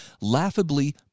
laughably